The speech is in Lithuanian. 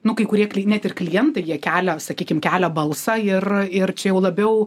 nu kai kurie net ir klientai jie kelia sakykim kelia balsą ir ir čia jau labiau